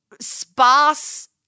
sparse